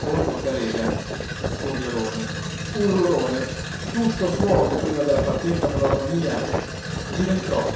poldo carega giovialone urlone tutto fuoco prima della partenza per la romania diventò